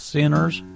Sinner's